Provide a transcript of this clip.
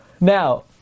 Now